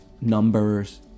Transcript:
numbers